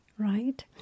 right